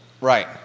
Right